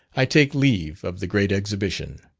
i take leave of the great exhibition.